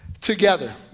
together